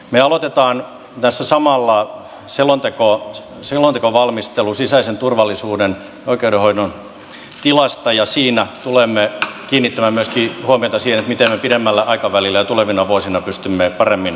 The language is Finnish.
me aloitamme tässä samalla selontekovalmistelun sisäisen turvallisuuden ja oikeudenhoidon tilasta ja siinä tulemme kiinnittämään huomiota myöskin siihen miten me pidemmällä aikavälillä ja tulevina vuosina pystymme paremmin ratkomaan näitä ongelmia